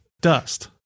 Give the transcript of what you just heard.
dust